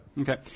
Okay